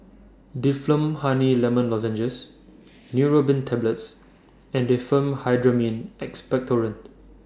Difflam Honey Lemon Lozenges Neurobion Tablets and Diphenhydramine Expectorant